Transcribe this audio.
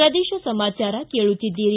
ಪ್ರದೇಶ ಸಮಾಚಾರ ಕೇಳುತ್ತಿದ್ದೀರಿ